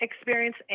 experience